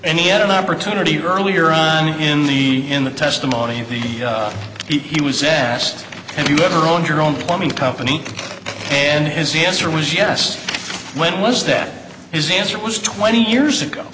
and he had an opportunity earlier on in the in the testimony of the he was a asked if you ever own your own plumbing company and his the answer was yes when was that his answer was twenty years ago